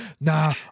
nah